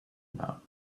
about